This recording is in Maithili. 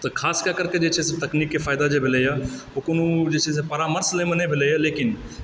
तऽ खासकरकें जे छे तकनीककऽ फायदा जे भेलय हँ ओऽ कोनो जे छै से परामर्श लएमऽ नहि भेलय हँ लेकिन